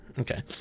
Okay